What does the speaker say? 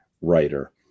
writer